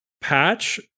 patch